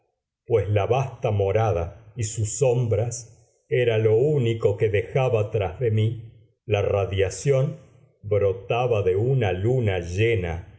pues la vasta morada y sus sombras era lo único que dejaba tras de mí la radiación brotaba de una luna llena